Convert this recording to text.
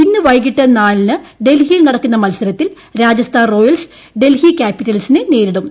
ഇന്ന് വൈകിട്ട് നാലിന് ഡൽഹിയിൽ നടക്കുന്ന മത്സരത്തിൽ രാജസ്ഥാൻ റോയൽസ് ഡൽഹി ക്യാപ്പിറ്റൽസിനെ നേരിടും